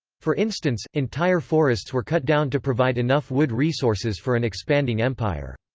for instance, entire forests were cut down to provide enough wood resources for an expanding empire.